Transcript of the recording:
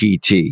pt